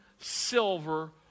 silver